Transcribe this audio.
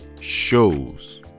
shows